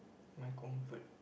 my comfort